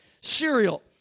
cereal